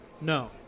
No